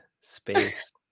space